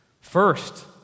First